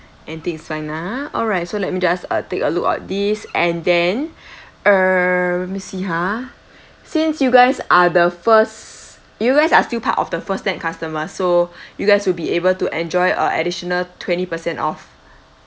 anything is fine ah alright so let me just uh take a look at this and then err let me see ha since you guys are the first you guys are still part of the first ten customers so you guys will be able to enjoy uh additional twenty percent off